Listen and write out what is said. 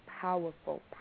powerful